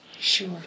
Sure